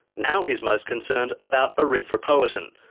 now, he's most concerned about erythropoietin,